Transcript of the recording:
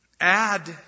Add